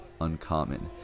uncommon